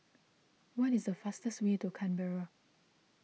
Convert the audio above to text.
what is the fastest way to Canberra